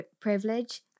privilege